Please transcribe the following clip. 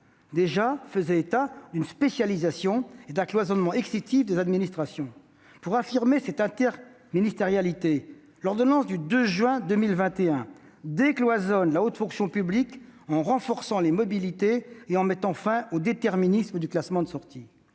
de ses motifs d'une « spécialisation et [d']un cloisonnement excessifs » des administrations. Pour affermir cette interministérialité, l'ordonnance du 2 juin 2021 décloisonne la haute fonction publique en renforçant les mobilités et en mettant fin au déterminisme du classement de sortie.